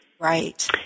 Right